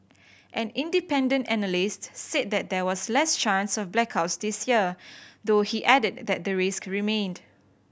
an independent analyst said that there was less chance of blackouts this year though he added that the risk remained